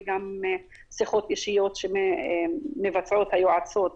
וגם שיחות אישיות שמבצעות היועצות